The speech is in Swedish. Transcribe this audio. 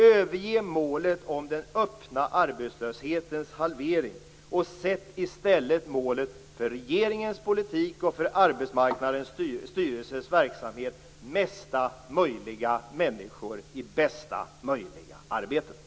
Överge målet om den öppna arbetslöshetens halvering och sätt i stället målet för regeringens politik och för Arbetsmarknadsstyrelsens verksamhet till: mesta möjliga människor i bästa möjliga arbeten!